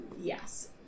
Yes